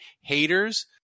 haters